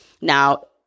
Now